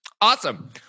Awesome